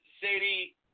Sadie